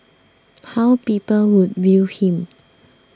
how people would view him